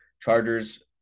Chargers